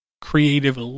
creative